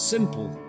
Simple